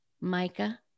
Micah